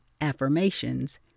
affirmations